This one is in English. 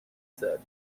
said